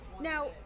Now